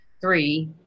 three